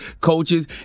coaches